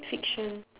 fiction